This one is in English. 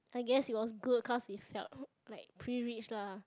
I guess it was good cause it's like oh like pretty rich lah